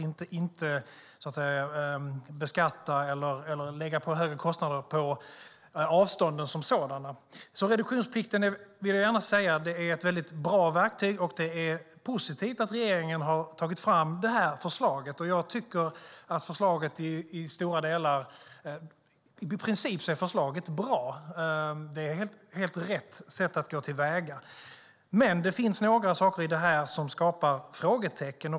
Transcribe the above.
Vi ska inte beskatta eller lägga på högre kostnader på avstånden som sådana. Reduktionsplikten är alltså ett bra verktyg. Och det är positivt att regeringen har tagit fram det här förslaget. I princip är förslaget bra. Det är helt rätt sätt att gå till väga. Men några saker ger upphov till frågetecken.